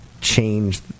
change